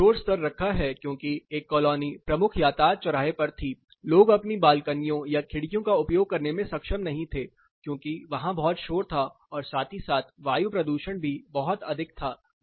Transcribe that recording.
मैंने शोर स्तर रखा है क्योंकि एक कॉलोनी प्रमुख यातायात चौराहे पर थी लोग अपनी बालकनियों या खिड़कियों का उपयोग करने में सक्षम नहीं थे क्योंकि वहां बहुत शोर था और साथ ही साथ वायु प्रदूषण भी बहुत अधिक था